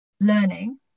learning